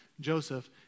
Joseph